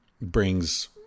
brings